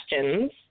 questions